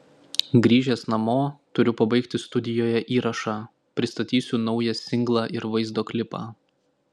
grįžęs namo turiu pabaigti studijoje įrašą pristatysiu naują singlą ir vaizdo klipą